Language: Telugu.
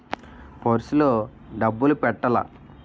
పుర్సె లో డబ్బులు పెట్టలా?